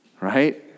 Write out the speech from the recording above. right